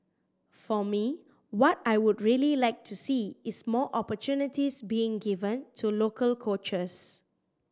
for me what I would really like to see is more opportunities being given to local coaches